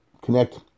connect